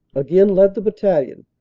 again led the battalion,